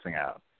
out